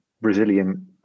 Brazilian